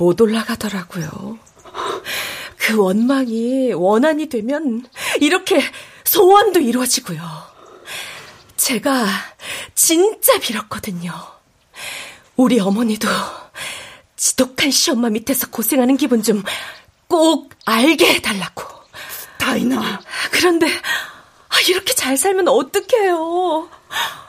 못 올라가더라고요. 그 원망이 원한이 되면 이렇게 소원도 이루어지고요. 제가 진짜 빌었거든요. 우리 어머니도 지독한 시엄마 밑에서 고생하는 기분 좀 꼭 알게 해달라고. 다이나. 그런데 이렇게 잘 살면 어떡해요?